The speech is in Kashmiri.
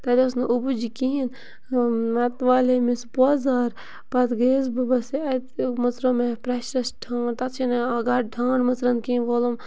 تَتہِ ٲس نہٕ ابوٗج کِہیٖنۍ نَتہٕ والہِ ہے مےٚ سُہ پٲزار پَتہٕ گٔیَس بہٕ بَس اَتہِ مٕژرو مےٚ پرٛیشرَس ٹھانٛڈ تَتھ چھِنہٕ یِوان گۄڈٕ ٹھانٛڈ مٕژران کینٛہہ وولُم